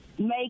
make